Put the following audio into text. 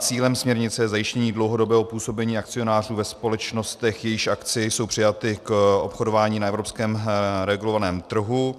Cílem směrnice je zajištění dlouhodobého působení akcionářů ve společnostech, jejichž akcie jsou přijaty k obchodování na evropském regulovaném trhu.